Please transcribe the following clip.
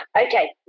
Okay